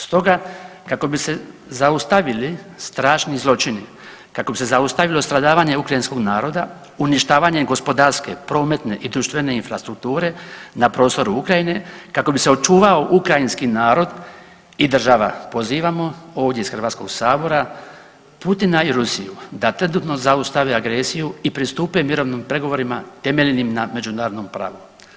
Stoga kako bi se zaustavili strašni zločini, kako bi se zaustavilo stradavanje ukrajinskog naroda, uništavanje gospodarske, prometne i društvene infrastrukture na prostoru Ukrajine, kako bi se očuvao ukrajinski narod i država pozivamo ovdje iz HS Putina i Rusiju da trenutno zaustave agresiju i pristupe mirovnim pregovorima temeljenima na međunarodnom pravu.